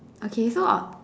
okay so I'll mm